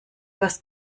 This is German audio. was